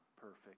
perfect